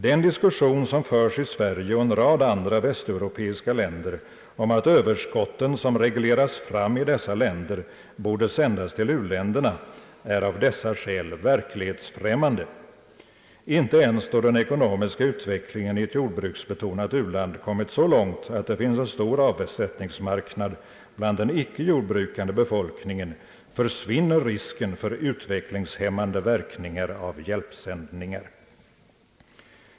Den diskussion som förs i Sverige och en rad andra västeuropeiska länder om att överskotten som regleras fram i dessa länder borde sändas till u-länderna är av dessa skäl verklighetsfrämmande. Inte ens då den ekonomiska utvecklingen i ett jordbruksbetonat u-land kommit så långt, att det finns en stor avsättningsmarknad bland den icke jordbrukande befolkningen, försvinner risken för utvecklingshämmande verkningar av hjälpsändningar.